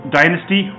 dynasty